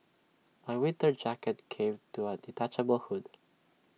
my winter jacket came to A detachable hood